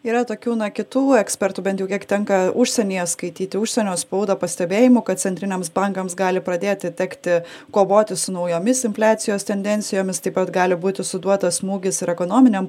yra tokių na kitų ekspertų bent jau kiek tenka užsienyje skaityti užsienio spaudą pastebėjimų kad centriniams bankams gali pradėti tekti kovoti su naujomis infliacijos tendencijomis taip pat gali būti suduotas smūgis ir ekonominiam